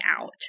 out